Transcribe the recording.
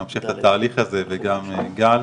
מאפשר את התהליך הזה וגם גל,